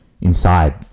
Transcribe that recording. inside